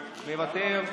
מוותר,